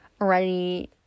already